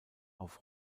auf